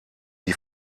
die